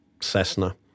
Cessna